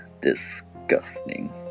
Disgusting